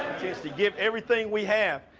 chance to get everything we have.